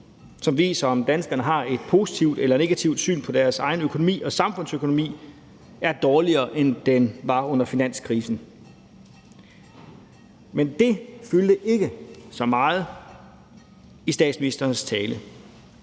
som viser, om danskerne har et positivt eller negativt syn på deres egen økonomi og samfundsøkonomi, er dårligere, end den var under finanskrisen. Men det fyldte ikke så meget i statsministerens tale,